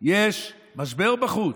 יש משבר בחוץ.